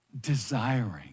desiring